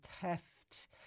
theft